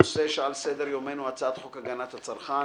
הנושא שעל סדר יומנו הוא הצעת חוק הגנת הצרכן